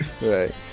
Right